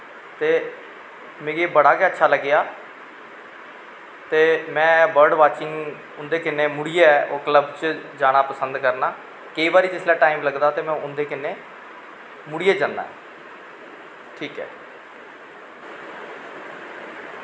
ते मिगी बड़ा गै अच्छा लग्गेआ ते में बर्ड़ बॉचिंग उं'दे कन्नै मुड़ियै कल्ब जाना पसंद करना केईं बारी जिसलै टैम लगदा ते में उं'दे कन्नै मुड़ियै जन्ना ऐ ठीक ऐ